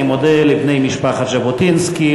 אני מודה לבני משפחת ז'בוטינסקי,